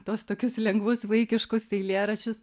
tuos tokius lengvus vaikiškus eilėraščius